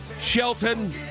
Shelton